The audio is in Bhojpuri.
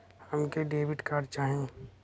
हमके डेबिट कार्ड चाही?